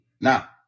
now